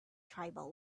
tribal